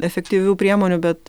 efektyvių priemonių bet